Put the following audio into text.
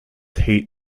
heat